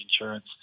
insurance